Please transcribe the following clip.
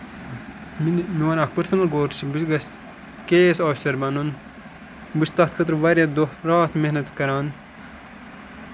میون اکھ personal goal چھُ بہٕ گژھٕ کے اے ایس آفِسر بَنُن بہٕ چھُس تَتھ خٲطرٕ واریاہ دۄہ راتھ محنت کران